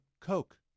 Coke